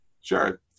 Sure